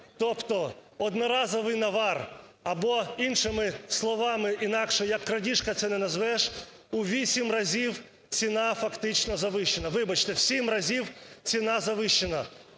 Тобто одноразовий навар або іншими словами, інакше, як крадіжка це не назвеш, у 8 разів ціна фактично завищена. Вибачте, в 7 разів ціна завищена.